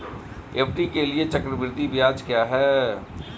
FD के लिए चक्रवृद्धि ब्याज क्या है?